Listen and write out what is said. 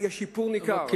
יש שיפור ניכר.